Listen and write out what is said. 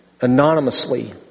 anonymously